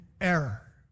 error